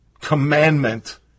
commandment